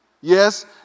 Yes